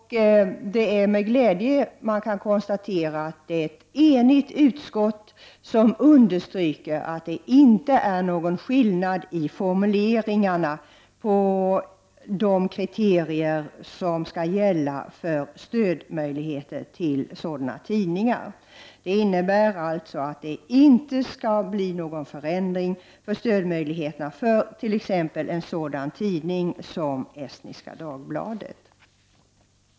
Det är med glädje som jag konstaterar att ett enigt utskott understryker att det inte är någon skillnad i formuleringarna på de kriterier som skall gälla för stödmöjligheter till sådana tidningar. Det innebär alltså att det inte skall bli någon förändring i möjligheterna till stöd för t.ex. en tidning som Estniska Dagbladet.